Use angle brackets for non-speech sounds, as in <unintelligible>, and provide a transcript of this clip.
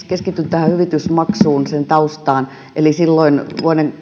<unintelligible> keskityn tähän hyvitysmaksuun sen taustaan eli silloin vuoden